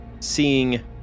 seeing